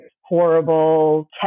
horrible